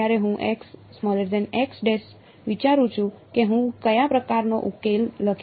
તેથી જ્યારે હું વિચારું છું કે હું કયા પ્રકારનો ઉકેલ લખી શકું